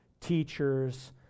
teachers